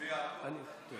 רבי יעקב, אנחנו במתח.